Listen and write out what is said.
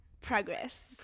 Progress